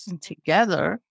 together